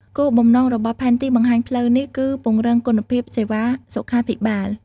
គោលបំណងរបស់ផែនទីបង្ហាញផ្លូវនេះគឺពង្រឹងគុណភាពសេវាសុខាភិបាល។